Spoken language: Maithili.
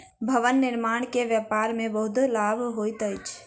भवन निर्माण के व्यापार में बहुत लाभ होइत अछि